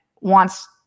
wants